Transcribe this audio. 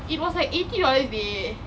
it was like eighty dollars dey